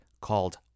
called